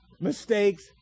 Mistakes